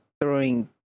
throwing